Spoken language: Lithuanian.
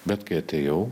bet kai atėjau